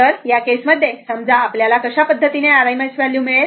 तर या केस मध्ये समजा आपल्या कशा पद्धतीने r m s व्हॅल्यू मिळेल